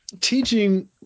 teaching